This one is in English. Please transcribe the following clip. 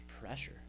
pressure